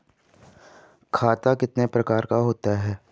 खाता कितने प्रकार का होता है?